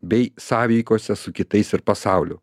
bei sąveikose su kitais ir pasauliu